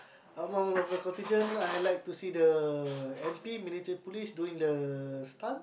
among all of the contigent I like to see the m_p military police doing the stunt